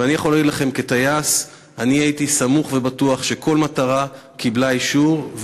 ואני יכול להגיד לכם כטייס: אני הייתי סמוך ובטוח שכל מטרה קיבלה אישור,